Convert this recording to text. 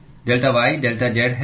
delta y delta z है